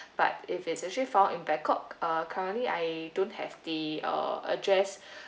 but if it's actually found in bangkok uh currently I don't have the uh address